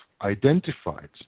identified